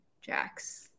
Jax